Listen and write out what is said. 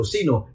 Sino